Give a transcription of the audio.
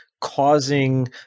causing